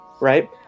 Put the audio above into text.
right